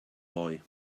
boy